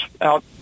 out